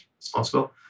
responsible